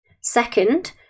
Second